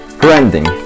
branding